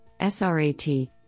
SRAT